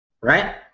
right